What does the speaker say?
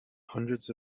hundreds